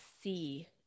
see